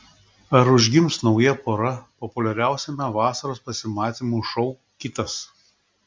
ar užgims nauja pora populiariausiame vasaros pasimatymų šou kitas